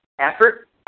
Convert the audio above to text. Effort